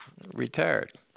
retired